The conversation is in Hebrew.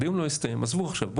אני